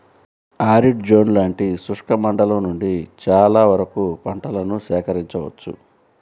arid zone లాంటి శుష్క మండలం నుండి చాలా వరకు పంటలను సేకరించవచ్చు